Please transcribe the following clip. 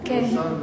אם אפשר,